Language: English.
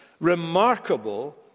remarkable